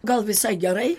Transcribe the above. gal visai gerai